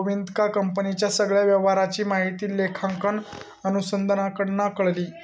गोविंदका कंपनीच्या सगळ्या व्यवहाराची माहिती लेखांकन अनुसंधानाकडना कळली